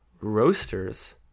roasters